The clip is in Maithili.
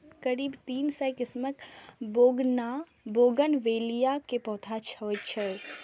करीब तीन सय किस्मक बोगनवेलिया के पौधा होइ छै